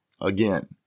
again